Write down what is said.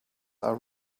are